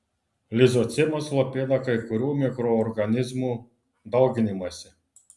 lizocimas slopina kai kurių mikroorganizmų dauginimąsi